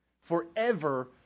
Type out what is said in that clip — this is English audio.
forever